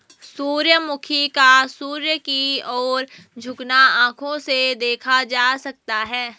सूर्यमुखी का सूर्य की ओर झुकना आंखों से देखा जा सकता है